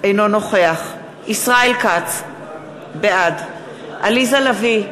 אינו נוכח ישראל כץ, בעד עליזה לביא,